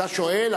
אתה שואל,